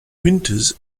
winters